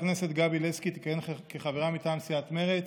לסקי תכהן כחברה מטעם סיעת מרצ.